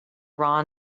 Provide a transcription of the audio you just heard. ron